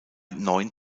neun